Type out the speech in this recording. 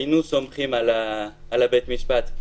סמכנו על בית המשפט,